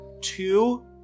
two